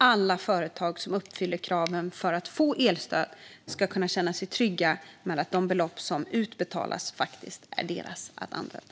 Alla företag som uppfyller kraven för att få elstöd ska kunna känna sig trygga med att de belopp som utbetalas faktiskt är deras att använda.